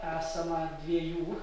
esama dviejų